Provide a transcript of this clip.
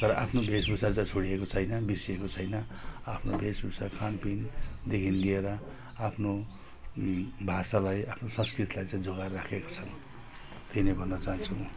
तर आफ्नो भेषभूषा चाहिँ छोडिएको छैन बिर्सिएको छैन आफ्नो भेषभूषा खानपिनदेखिन् लिएर आफ्नो भाषालाई आफ्नो संस्कृतिलाई चाहिँ जोगाएर राखेको छ त्यही नै भन्न चाहन्छु म